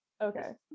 Okay